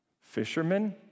Fishermen